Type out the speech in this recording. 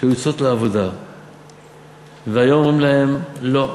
שיוצאות לעבודה והיום אומרים להן: לא,